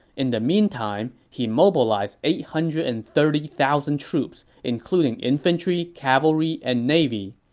in the meantime, he mobilized eight hundred and thirty thousand troops, including infantry, cavalry, and navy.